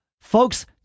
folks